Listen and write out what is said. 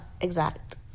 exact